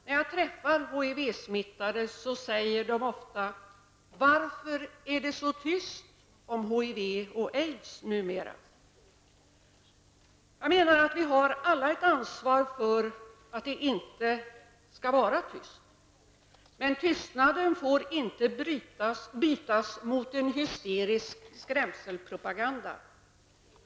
När jag träffar HIV-smittade, säger de ofta: Varför är det så tyst om HIV och aids numera? Jag menar att vi alla har ett ansvar för att det inte skall vara tyst. Men tystnaden får inte bytas mot en hysterisk skrämselpropaganda.